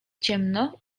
ciemno